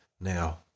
now